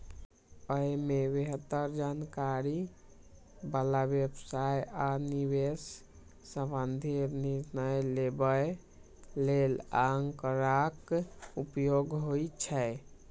अय मे बेहतर जानकारी बला व्यवसाय आ निवेश संबंधी निर्णय लेबय लेल आंकड़ाक उपयोग होइ छै